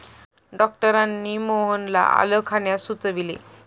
डॉक्टरांनी मोहनला आलं खाण्यास सुचविले